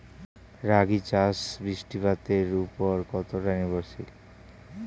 রাগী চাষ বৃষ্টিপাতের ওপর কতটা নির্ভরশীল?